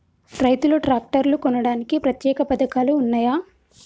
రైతులు ట్రాక్టర్లు కొనడానికి ప్రత్యేక పథకాలు ఉన్నయా?